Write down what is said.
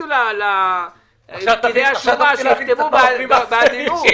תגידו לפקידי השומה שיכתבו בעדינות...